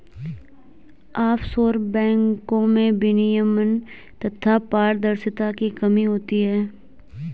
offshore बैंको में विनियमन तथा पारदर्शिता की कमी होती है